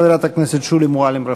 חברת הכנסת שולי מועלם-רפאלי.